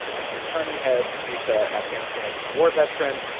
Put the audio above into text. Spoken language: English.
and he's turning heads. he's a afghanistan war veteran.